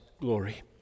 glory